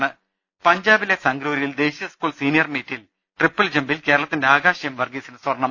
രുട്ട്ട്ട്ട്ട്ട്ട്ട പഞ്ചാബിലെ സംഗ്രൂരിൽ ദേശീയ സ്കൂൾ സീനിയർ മീറ്റിൽ ട്രിപ്പിൾ ജംപിൽ കേരളത്തിന്റെ ആകാശ് എം വർഗീസിന് സ്വർണം